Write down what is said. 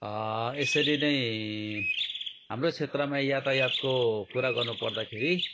यसरी नै हाम्रो क्षेत्रमा यातायातको कुरा गर्नु पर्दाखेरि